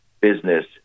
business